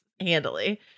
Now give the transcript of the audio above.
handily